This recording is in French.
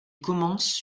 commence